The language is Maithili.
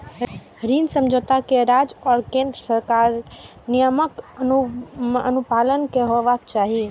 ऋण समझौता कें राज्य आ केंद्र सरकारक नियमक अनुपालन मे हेबाक चाही